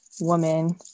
woman